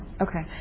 Okay